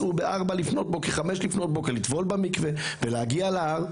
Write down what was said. ונסעו לפנות בוקר לטבול במקווה ולהגיע להר,